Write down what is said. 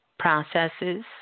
processes